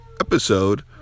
episode